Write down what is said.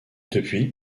depuis